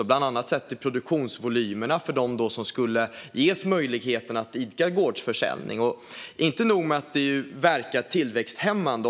Bland annat handlar det om produktionsvolymer för dem som skulle ges möjlighet att idka gårdsförsäljning, vilket är tillväxthämmande.